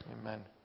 Amen